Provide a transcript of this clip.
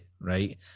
right